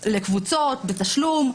לקבוצות, בתשלום.